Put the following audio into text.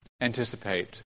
anticipate